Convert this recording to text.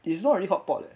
it's not really hotpot leh